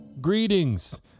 Greetings